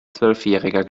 zwölfjähriger